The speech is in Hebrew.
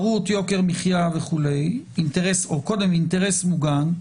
אינטרס מוגן,